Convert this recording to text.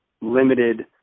limited